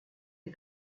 est